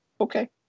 Okay